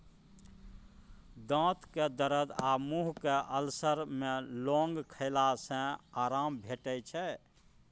दाँतक दरद आ मुँहक अल्सर मे लौंग खेला सँ आराम भेटै छै